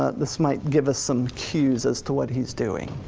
ah this might give us some cues as to what he's doing.